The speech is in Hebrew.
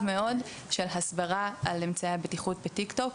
של הסברה על אמצעי הבטיחות בטיק-טוק.